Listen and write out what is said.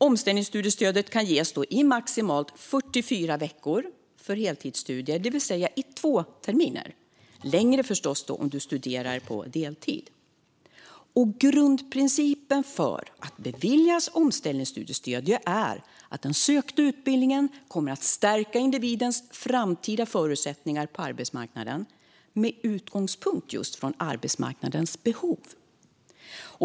Omställningsstudiestödet kan ges i maximalt 44 veckor för heltidsstudier, det vill säga i två terminer - längre om du studerar på deltid. Flexibilitet, omställ-ningsförmåga och trygghet på arbets-marknaden Grundprincipen för att beviljas omställningsstudiestöd är att den sökta utbildningen kommer att stärka individens framtida förutsättningar på arbetsmarknaden med utgångspunkt i arbetsmarknadens behov.